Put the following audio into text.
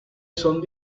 son